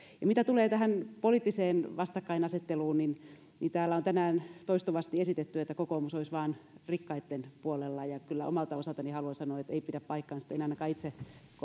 asia mitä tulee tähän poliittiseen vastakkainasetteluun niin täällä on tänään toistuvasti esitetty että kokoomus olisi vain rikkaitten puolella kyllä omalta osaltani haluan sanoa että ei pidä paikkaansa että en ainakaan itse koe näin